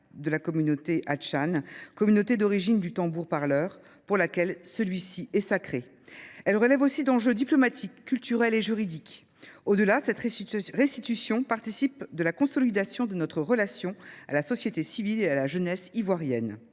de la communauté Hatchan, communauté d'origine du tambour-parleur, pour laquelle celui-ci est sacré. Elle relève aussi d'enjeux diplomatiques, culturels et juridiques. Au-delà, cette restitution participe de la consolidation de notre relation à la société civile et à la jeunesse ivoirienne.